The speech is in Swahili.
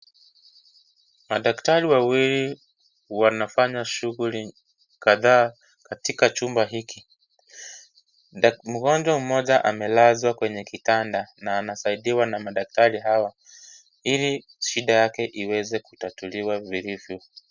Madakari wawili wanafanya shughuli kadhaa katiaka chumba hiki. Mgonjwa mmoja amelazwa kwenye kitanda na anasaidiwa na madaktari hawa ili shida yake iweze kutatuliwa vilivyo.